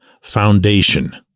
foundation